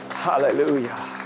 Hallelujah